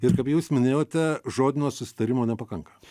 ir kaip jūs minėjote žodinio susitarimo nepakanka